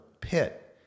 pit